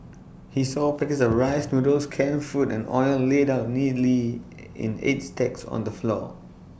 he saw packets of rice noodles canned food and oil laid out neatly in eight stacks on the floor